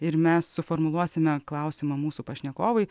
ir mes suformuluosime klausimą mūsų pašnekovui